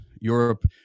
Europe